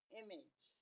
image